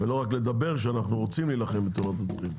ולא רק לדבר על כך שאנחנו רוצים להילחם בתאונות הדרכים.